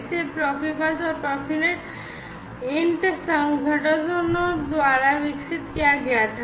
इसे प्रोफिबस और प्रॉफिनट इंट संगठनों द्वारा विकसित किया गया था